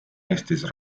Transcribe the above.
eestis